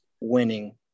winning